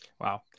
Wow